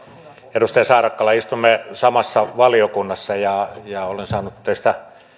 edustaja saarakkala istumme samassa valiokunnassa ja olen saanut teistä